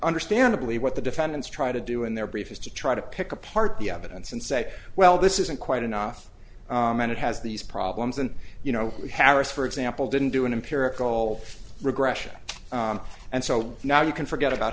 understandably what the defendants try to do in their brief is to try to pick apart the evidence and say well this isn't quite enough and it has these problems and you know we have risk for example didn't do an empirical regression and so now you can forget about